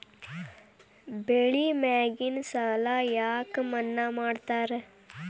ಬೆಳಿ ಮ್ಯಾಗಿನ ಸಾಲ ಯಾಕ ಮನ್ನಾ ಮಾಡ್ತಾರ?